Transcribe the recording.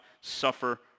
suffer